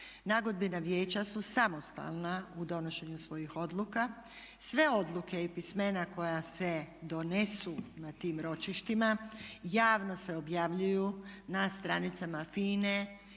Nagodbena vijeća su samostalna u donošenju svojih odluka. Sve odluke i pismena koja se donesu na tim ročištima javno se objavljuju na stranicama FINA-e